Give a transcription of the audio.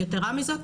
יתרה מזאת,